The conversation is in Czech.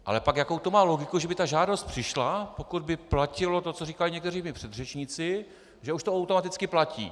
Ale pak jakou to má logiku, že by ta žádost přišla, pokud by platilo to, co říkali někteří mí předřečníci, že už to automaticky platí?